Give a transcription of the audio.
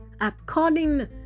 According